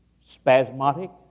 spasmodic